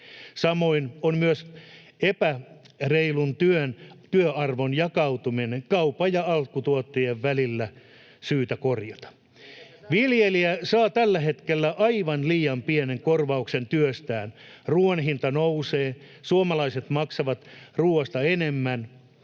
Samoin on myös epäreilu työn arvon jakautuminen kaupan ja alkutuottajien välillä syytä korjata. [Mika Niikko: Entäs se sähkön hinta?] Viljelijä saa tällä hetkellä aivan liian pienen korvauksen työstään. Ruuan hinta nousee, suomalaiset maksavat ruoasta enemmän,